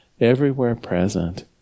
everywhere-present